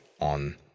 on